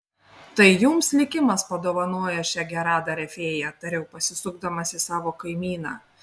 tai jums likimas padovanojo šią geradarę fėją tariau pasisukdamas į savo kaimyną